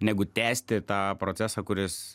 negu tęsti tą procesą kuris